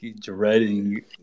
dreading